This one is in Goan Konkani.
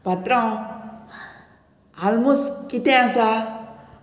पात्रांव आलमोस्ट कितें आसा